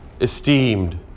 esteemed